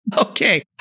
Okay